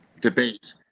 debate